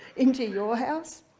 into your house?